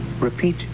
repeat